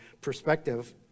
perspective